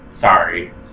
sorry